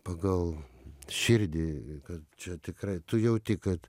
pagal širdį kad čia tikrai tu jauti kad